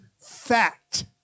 fact